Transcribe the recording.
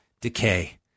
decay